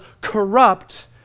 corrupt